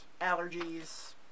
allergies